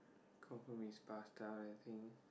confirm is pasta I think